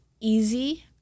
easy